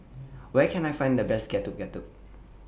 Where Can I Find The Best Getuk Getuk